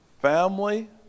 family